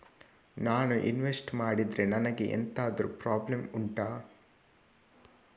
ನಾನು ಇನ್ವೆಸ್ಟ್ ಮಾಡಿದ್ರೆ ನನಗೆ ಎಂತಾದ್ರು ಪ್ರಾಬ್ಲಮ್ ಉಂಟಾ